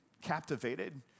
captivated